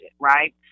right